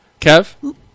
Kev